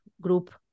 group